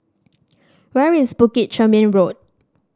where is Bukit Chermin Road